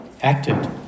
acted